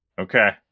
Okay